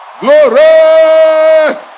Glory